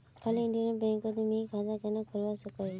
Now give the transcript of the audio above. खाली इन्टरनेट बैंकोत मी खाता कन्हे खोलवा सकोही?